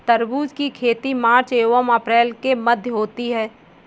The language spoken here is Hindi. तरबूज की खेती मार्च एंव अप्रैल के मध्य होती है